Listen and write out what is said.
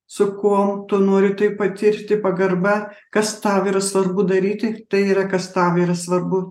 su kuo tu nori tai patirti pagarba kas tau yra svarbu daryti tai yra kas tau ir svarbu